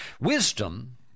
wisdom